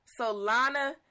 Solana